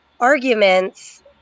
arguments